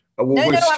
No